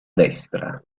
destra